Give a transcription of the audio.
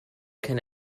can